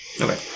Okay